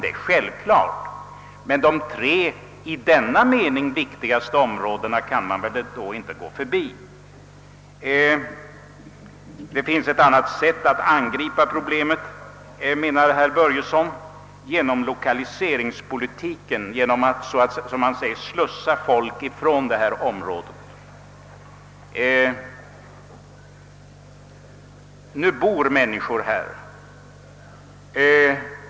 Det är självklart att den kan göra det. Men de tre i här förevarande avseende viktigaste områdena kan man väl inte gå förbi. Det finns ett annat sätt att angripa problemet, anser herr Börjesson, näm ligen genom lokaliseringspolitiken, genom att — som han uttrycker det — slussa folk från här ifrågavarande områden. Nu bor människor här.